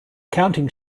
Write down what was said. counting